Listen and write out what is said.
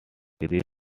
agreed